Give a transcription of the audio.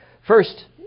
First